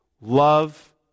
Love